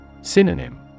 Synonym